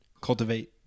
cultivate